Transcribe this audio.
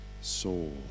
soul